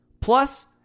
Plus